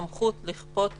סמכות לכפות בידוד,